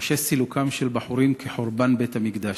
קשה סילוקם של בחורים כחורבן בית-המקדש.